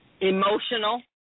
emotional